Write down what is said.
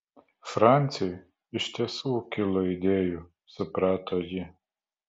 franciui iš tiesų kilo idėjų suprato ji